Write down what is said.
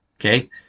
Okay